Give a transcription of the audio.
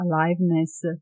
aliveness